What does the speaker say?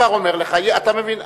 אני כבר אומר לך: אתה מבין,